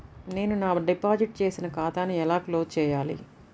నేను నా డిపాజిట్ చేసిన ఖాతాను ఎలా క్లోజ్ చేయాలి?